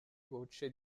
gocce